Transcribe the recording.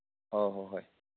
ꯑꯣ ꯍꯣꯏ ꯍꯣꯏ